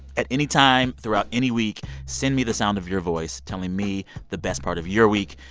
at any time throughout any week, send me the sound of your voice telling me the best part of your week.